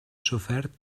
sofert